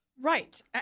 Right